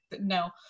no